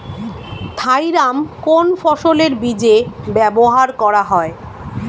Thiram কোন ফসলের বীজে ব্যবহার করা হয়?